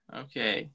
okay